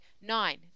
nine